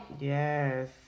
Yes